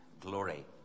Glory